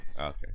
Okay